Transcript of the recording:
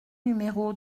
numéro